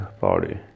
body